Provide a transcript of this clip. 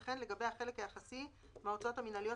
וכן לגבי החלק היחסי מההוצאות המנהליות